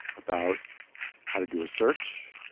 about how to do research.